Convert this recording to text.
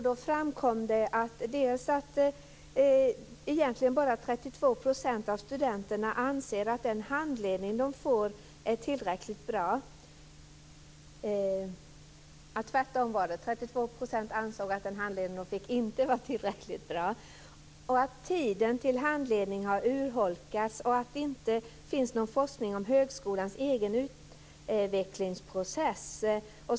Då framkom det att 32 % av studenterna anser att den handledning de får inte är tillräckligt bra, att tiden för handledning har urholkats och att det inte finns någon forskning om högskolans egen utvecklingsprocess.